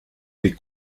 des